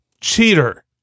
cheater